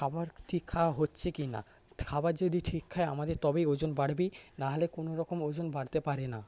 খাবার ঠিক খাওয়া হচ্ছে কি না খাবার যদি ঠিক খাই আমাদের তবেই ওজন বাড়বে নাহলে কোনোরকম ওজন বাড়তে পারে না